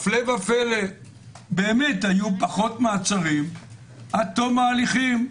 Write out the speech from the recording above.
הפלא ופלא - היו פחות מעצרים עד תום ההליכים.